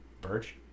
Birch